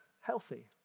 healthy